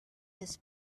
his